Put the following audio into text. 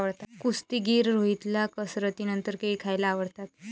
कुस्तीगीर रोहितला कसरतीनंतर केळी खायला आवडतात